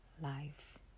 life